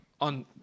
on